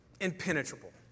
impenetrable